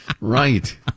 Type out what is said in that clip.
Right